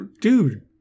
Dude